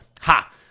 ha